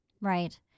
Right